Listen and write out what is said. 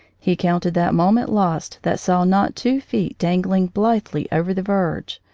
he counted that moment lost that saw not two feet dangling blithely over the verge.